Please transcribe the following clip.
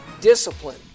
Discipline